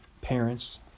parents